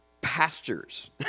pastures